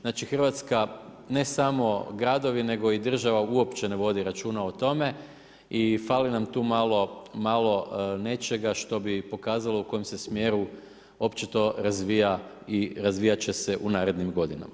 Znači Hrvatska ne samo gradovi nego i država uopće ne vodi računa o tome i fali nam tu malo nečega što bi pokazalo u kojem se smjeru uopće to razvija i razvijat će se u narednim godinama.